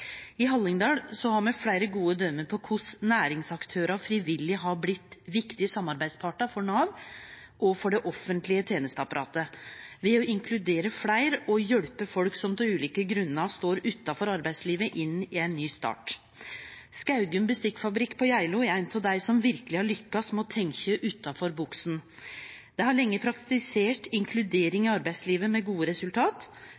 I Hallingdal har me fleire gode døme på korleis næringsaktørar og frivillige har blitt viktige samarbeidspartar for Nav og for det offentlege tenesteapparatet ved å inkludere fleire og hjelpe folk som av ulike grunnar står utanfor arbeidslivet, inn i ein ny start. Skaugum bestikkfabrikk på Geilo er ein av dei som verkeleg har lykkast med å tenkje utanfor boksen. Dei har lenge praktisert